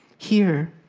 here,